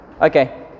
Okay